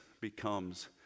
becomes